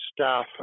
staff